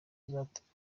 zatumye